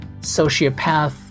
sociopath